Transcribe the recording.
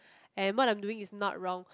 and what I'm doing is not wrong